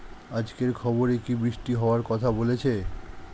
আজকের খবরে কি বৃষ্টি হওয়ায় কথা বলেছে?